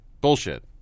Bullshit